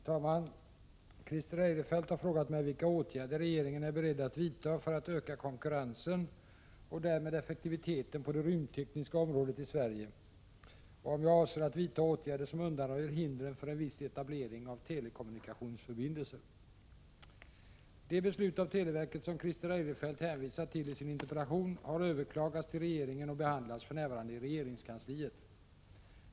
Herr talman! Christer Eirefelt har frågat mig vilka åtgärder regeringen är beredd att vidta för att öka konkurrensen och därmed effektiviteten på det rymdtekniska området i Sverige och om jag avser att vidta åtgärder som undanröjer hindren för en viss etablering av telekommunikationsförbindelser. Det beslut av televerket som Christer Eirefelt hänvisar till i sin interpellation har överklagats till regeringen och behandlas för närvarande i regeringskansliet.